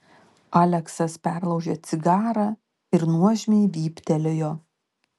aleksas perlaužė cigarą ir nuožmiai vyptelėjo